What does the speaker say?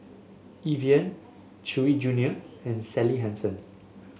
Evian Chewy Junior and Sally Hansen